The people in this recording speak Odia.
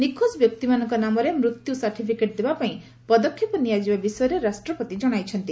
ନିଖୋଜ ବ୍ୟକ୍ତିମାନଙ୍କ ନାମରେ ମୃତ୍ୟୁ ସାର୍ଟିଫିକେଟ୍ ଦେବା ପାଇଁ ପଦକ୍ଷେପ ନିଆଯିବା ବିଷୟରେ ରାଷ୍ଟ୍ରପତି ଜଣାଇଛନ୍ତି